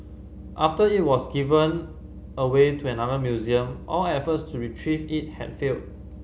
after it was given away to another museum all efforts to retrieve it had failed